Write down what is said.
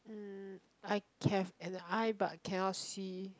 mm I have an eye but cannot see